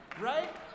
Right